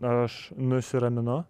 aš nusiraminu